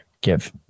Give